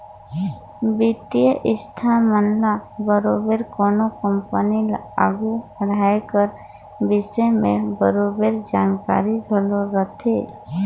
बित्तीय संस्था मन ल बरोबेर कोनो कंपनी ल आघु बढ़ाए कर बिसे में बरोबेर जानकारी घलो रहथे